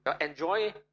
enjoy